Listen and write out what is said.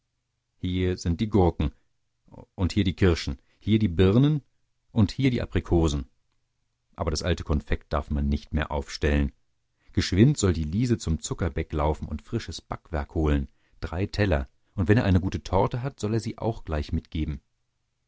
hier sind die gurken und hier die kirschen hier die birnen und hier die aprikosen aber das alte konfekt darf man nicht mehr aufstellen geschwind soll die liese zum zuckerbeck laufen und frisches backwerk holen drei teller und wenn er eine gute torte hat soll er sie auch gleich mitgeben